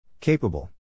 Capable